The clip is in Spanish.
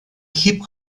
hip